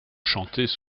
chantées